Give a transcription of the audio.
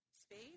space